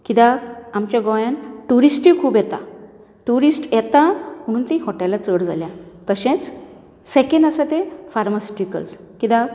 कित्याक आमच्या गोंयांत ट्युरीस्टूय खूब येतात ट्युरीस्ट येतात म्हणून तीं हॉटेलां चड जाल्यांत तशेंच सेकेंड आसा तें फार्मास्युटीकलस कित्याक